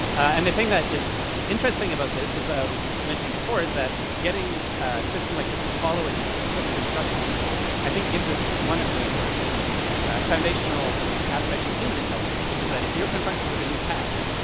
and the thing that is interesting about this, as i was mentioning before, is that getting a system like this to follow explicit instructions i think gives it one of the sort of foundational aspects of human intelligence, which is that if you're confronted with a new task,